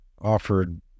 offered